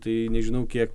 tai nežinau kiek